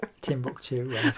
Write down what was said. Timbuktu